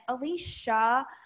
Alicia